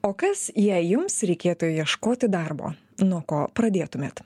o kas jei jums reikėtų ieškoti darbo nuo ko pradėtumėt